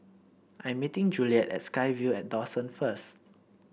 I'm meeting Juliette at SkyVille and Dawson first